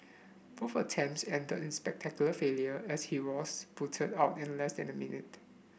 both attempts ended in spectacular failure as he was booted out in less than a minute